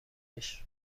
عشق